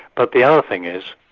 but the other thing is,